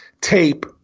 tape